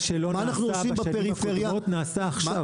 מה שלא נעשה בשנים הקודמות, נעשה עכשיו.